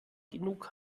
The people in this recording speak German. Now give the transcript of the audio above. genug